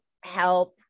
help